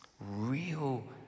real